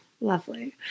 Lovely